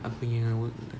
aku punya word